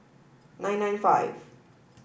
nine nine five